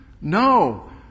No